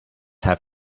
have